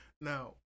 Now